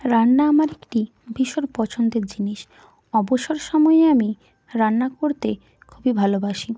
রান্না আমার একটি ভীষণ পছন্দের জিনিস অবসর সময়ে আমি রান্না করতে খুবই ভালোবাসি